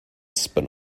spin